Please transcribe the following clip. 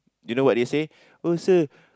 you know what they say oh sir